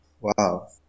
Wow